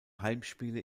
heimspiele